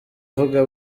uvuga